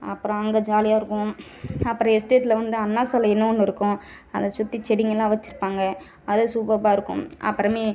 அப்புறம் அங்கே ஜாலியாக இருக்கும் அப்புறம் எஸ்டேட்டில் வந்து அண்ணாசாலைன்னு ஒன்று இருக்கும் அதை சுற்றி செடிங்கலாம் வச்சுருப்பாங்க அது சூப்பவாக இருக்கும் அப்புறமே